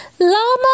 Llama